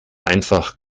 einfach